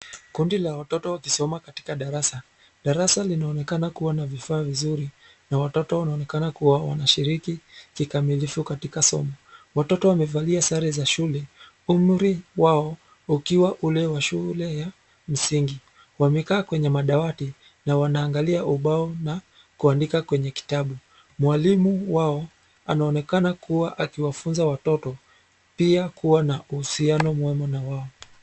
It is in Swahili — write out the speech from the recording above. Kundi la watoto wakisoma katika darasa. Darasa linaonekana kuwa na vifaa vizuri na watoto wanaonekana kuwa wanashiriki kikamilifu katika somo. Watoto wamevalia sare za shule, umri wao ukiwa ule wa shule ya msingi. Wamekaa kwenye madawati na wanaangalia ubao na kuandika kwenye kitabu. Mwalimu wao anaonekana kuwa akiwafunza watoto pia kuwa na uhusiano mwema na wao.